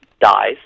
dies